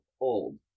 Old